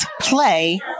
play